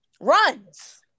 Runs